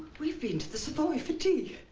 we've been to the savoy for tea.